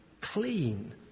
clean